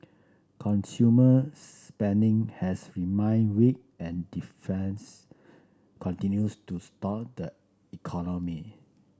consumer spending has remained weak and defines continues to stalk the economy